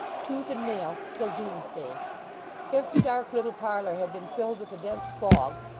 tooth and nail, till doomsday if the dark little parlour had been filled with a dense fog,